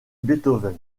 beethoven